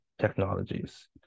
Technologies